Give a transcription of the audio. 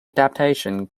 adaptation